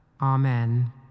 Amen